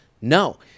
No